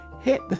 hit